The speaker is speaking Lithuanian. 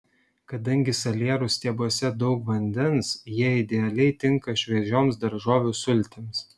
kadangi salierų stiebuose daug vandens jie idealiai tinka šviežioms daržovių sultims